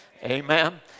Amen